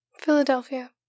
Philadelphia